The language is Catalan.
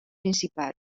principat